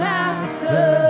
Master